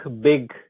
big